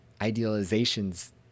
idealizations